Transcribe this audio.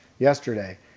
yesterday